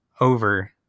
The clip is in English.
over